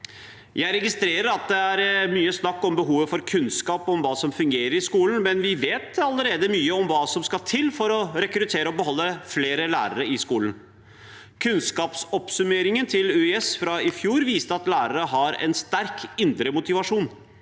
Jeg registrerer at det er mye snakk om behovet for kunnskap om hva som fungerer i skolen, men vi vet allerede mye om hva som skal til for å rekruttere og beholde flere lærere i skolen. Kunnskapsoppsummeringen til UiS fra i fjor viste at lærere har en sterk indre motivasjon